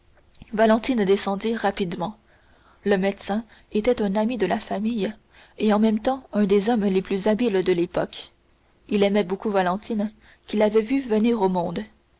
valentine descendit rapidement le médecin était un ami de la famille et en même temps un des hommes les plus habiles de l'époque il aimait beaucoup valentine qu'il avait vue venir au monde